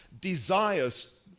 desires